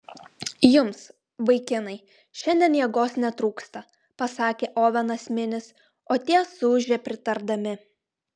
jums vaikinai šiandien jėgos netrūksta pasakė ovenas minis o tie suūžė pritardami